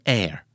air